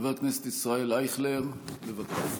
חבר הכנסת ישראל אייכלר, בבקשה.